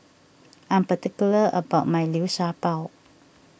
I am particular about my Liu Sha Bao